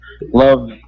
love